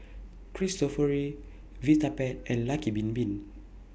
Cristofori Vitapet and Lucky Bin Bin